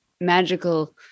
magical